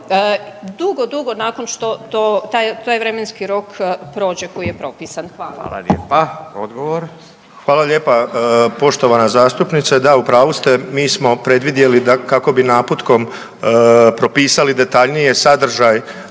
dugo, dugo nakon što taj vremenski rok prođe koji je propisan. Hvala. **Radin, Furio (Nezavisni)** Hvala lijepa. Odgovor. **Župan, Stipe** Hvala lijepa poštovana zastupnice. Da u pravu ste, mi smo predvidjeli kako bi naputkom propisali detaljnije sadržaj